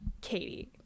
Katie